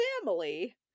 family